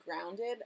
grounded